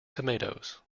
tomatoes